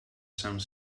some